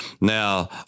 Now